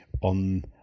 on